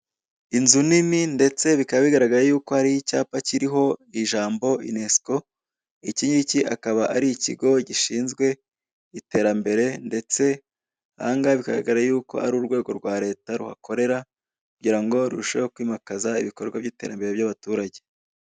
Inzu nini ndetse bikaba bigaragara yuko hariho icyapa kiriho ijambo UNESCO. Iki akaba ari ikigo gishinzwe iterambere ndetse aha ngaha bikaba bigaragara yuko ari urwego rwa leta ruhakorera kugira ngo rurusheho kwimakaza ibikorwa by'iterambere ry'abaturage.